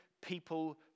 people